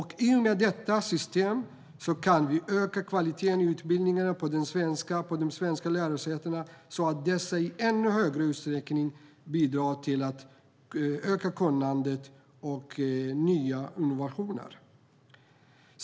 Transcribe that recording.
I och med detta system kan vi öka kvaliteten i utbildningarna på de svenska lärosätena, så att dessa i ännu högre utsträckning bidrar till att öka kunnandet och innovationerna.